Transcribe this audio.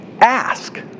ask